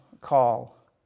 call